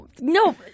no